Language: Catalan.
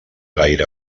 gaire